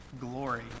glory